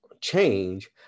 change